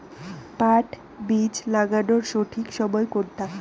পাট বীজ লাগানোর সঠিক সময় কোনটা?